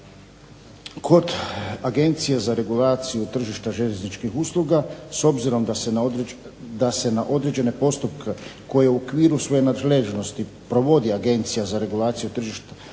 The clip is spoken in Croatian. Kod Agencije za regulaciju tržišta željezničkih usluga s obzirom da se na određene postupke koje u okviru svoje nadležnosti provodi Agencija za regulaciju željezničkih usluga